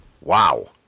wow